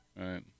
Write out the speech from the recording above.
Right